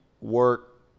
work